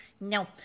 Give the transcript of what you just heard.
No